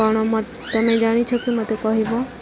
କଣ ମ ତମେ ଜାଣିଛ କି ମୋତେ କହିବ